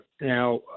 Now